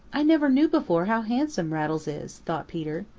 i never knew before how handsome rattles is, thought peter.